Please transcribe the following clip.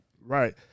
Right